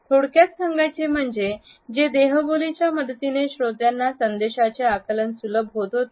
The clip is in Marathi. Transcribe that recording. थोडक्यात सांगायचे म्हणजे जे देही बोलीच्या मदतीने श्रोत्यांना संदेशाचे आकलन सुलभ होत होते